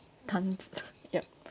can't yup